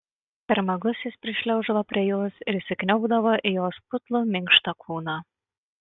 per miegus jis prišliauždavo prie jos ir įsikniaubdavo į jos putlų minkštą kūną